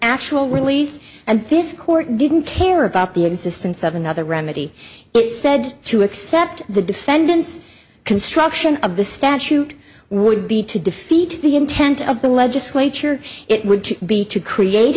actual release and this court didn't care about the existence of another remedy it said to accept the defendant's construction of the statute would be to defeat the intent of the legislature it would be to create